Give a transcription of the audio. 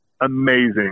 amazing